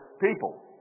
people